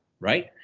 right